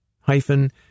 hyphen